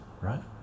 right